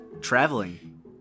traveling